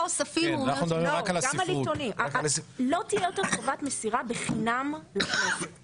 לא תהיה יותר חובת מסירה בחינם לכנסת.